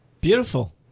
Beautiful